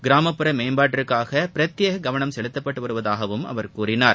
கிராமப்புற மேம்பாட்டிற்காக பிரத்யேக கவனம் செலுத்தப்பட்டு வருவதாக அவர் கூறினார்